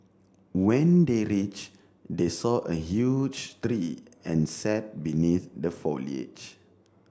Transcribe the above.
when they reach they saw a huge tree and sat beneath the foliage